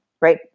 right